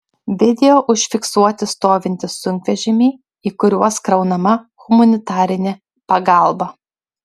video užfiksuoti stovintys sunkvežimiai į kuriuos kraunama humanitarinė pagalba